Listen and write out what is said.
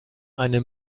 eine